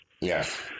Yes